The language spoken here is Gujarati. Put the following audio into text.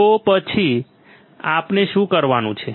તો આ પછી આપણે શું કરવાનું છે